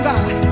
God